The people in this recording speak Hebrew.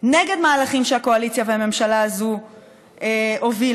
נגד מהלכים שהקואליציה והממשלה הזאת הובילו.